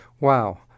Wow